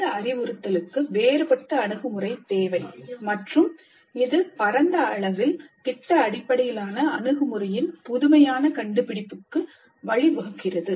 இந்த அறிவுறுத்தலுக்கு வேறுபட்ட அணுகுமுறை தேவை மற்றும் இது பரந்த அளவில் திட்ட அடிப்படையிலான அணுகுமுறையின் புதுமையான கண்டுபிடிப்புக்கு வழிவகுத்தது